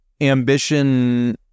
ambition